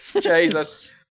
jesus